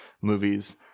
movies